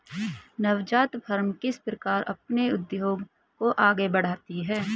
नवजात फ़र्में किस प्रकार अपने उद्योग को आगे बढ़ाती हैं?